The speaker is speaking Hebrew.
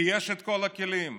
כי יש כל הכלים,